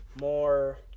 more